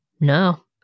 No